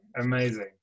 amazing